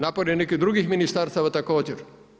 Napori nekih drugih ministarstava također.